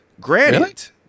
Granite